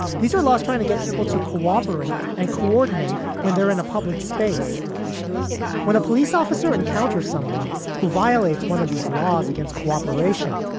these are laws trying to get people to cooperate and coordinate when they're in a public space when a police officer encounters someone who violates one of these laws against cooperation,